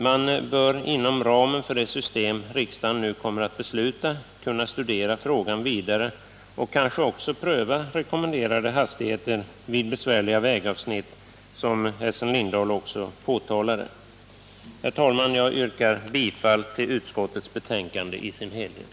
Man bör inom ramen för det system riksdagen nu kommer att besluta kunna studera frågan vidare och kanske också pröva rekommenderade hastigheter vid besvärliga vägavsnitt, som Essen Lindahl också påtalade. Herr talman! Jag yrkar bifall till utskottets hemställan i dess helhet.